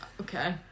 okay